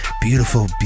beautiful